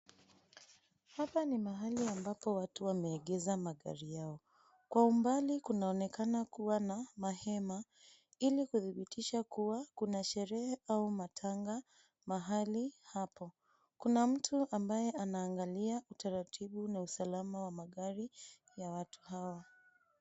Hapa ni mahali ambapo watu wameegesha magari yao. Kwa umbali kunaonekana kuwa na mahema ili kuthibitisha kuwa kuna sherehe au matanga mahali hapo. Kuna mtu ambaye ana angalia utaratibu na usalama wa magari ya watu hawa.